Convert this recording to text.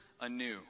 anew